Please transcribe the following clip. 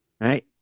right